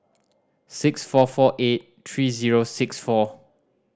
six four four eight three zero six four